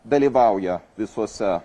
dalyvauja visuose